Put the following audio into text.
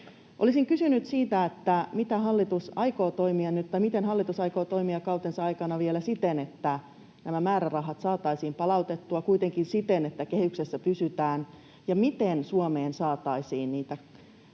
Olisin kysynyt siitä, miten hallitus aikoo toimia kautensa aikana vielä siten, että nämä määrärahat saataisiin palautettua kuitenkin siten, että kehyksessä pysytään, ja miten Suomeen saataisiin niitä kaivattuja